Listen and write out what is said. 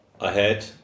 ahead